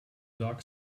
dark